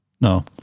No